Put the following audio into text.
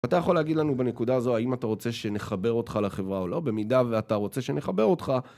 אתה יכול להגיד לנו בנקודה הזו האם אתה רוצה שנחבר אותך לחברה או לא, במידה ואתה רוצה שנחבר אותך.